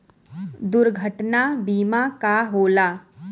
दुर्घटना बीमा का होला?